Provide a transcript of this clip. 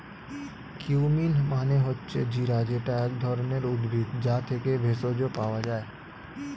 cumin মানে হচ্ছে জিরা যেটা এক ধরণের উদ্ভিদ, যা থেকে ভেষজ পাওয়া যায়